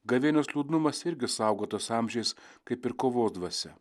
gavėnios liūdnumas irgi saugotas amžiais kaip ir kovos dvasia